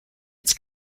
its